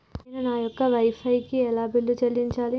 నేను నా యొక్క వై ఫై కి ఎలా బిల్లు చెల్లించాలి?